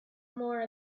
more